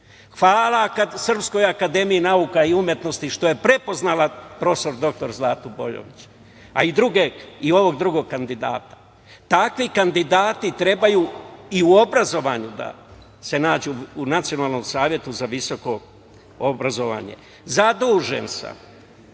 Hvala Srpskoj akademiji nauka i umetnosti što je prepoznala prof. dr Zlatu Bojović, a i ovog drugog kandidata. Takvi kandidati treba i u obrazovanju da se nađu, u Nacionalnom savetu za visoko obrazovanje. Zadužen sam